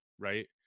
Right